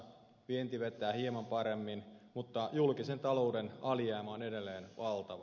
vienti vetää hieman paremmin mutta julkisen talouden alijäämä on edelleen valtava